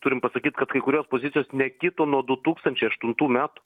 turim pasakyt kad kai kurios pozicijos nekito nuo du tūkstančiai aštuntų metų